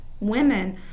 women